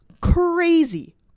Crazy